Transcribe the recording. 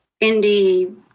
indie